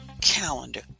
calendar